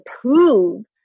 prove